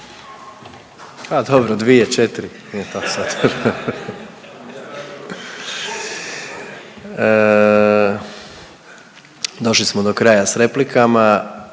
dobro, dvije, četiri, nije to sad. Došli smo do kraja s replikama